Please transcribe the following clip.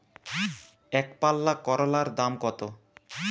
একপাল্লা করলার দাম কত?